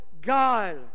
god